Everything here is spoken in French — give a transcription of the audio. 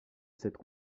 cette